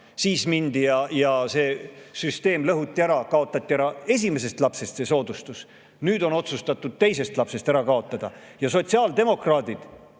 siis mindi ja lõhuti see süsteem ära, kaotati ära esimesest lapsest see soodustus. Nüüd on otsustatud teisest lapsest ära kaotada. Ja sotsiaaldemokraadid,